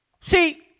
See